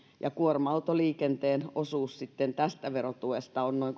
kuorma autoliikenteen osuus tästä verotuesta on noin